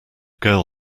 girl